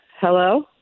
Hello